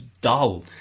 dull